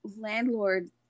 landlord